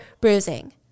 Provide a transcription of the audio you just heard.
bruising